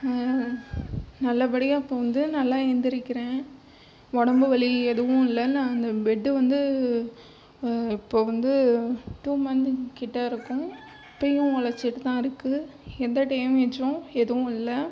நல்லபடியாக இப்போ வந்து நல்லா எழுந்திரிக்கிறேன் உடம்பு வலி எதுவும் இல்லை நான் அந்த பெட்டு வந்து இப்போது வந்து டூ மன்த் கிட்டே இருக்கும் இப்போயும் ஒழைச்சிட்டுதான் இருக்கு எந்த டேமேஜும் எதுவும் இல்லை